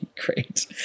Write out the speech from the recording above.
great